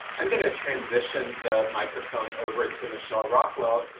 i'm going to transition the microphone over to michele rockwell,